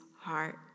heart